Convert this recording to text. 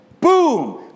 Boom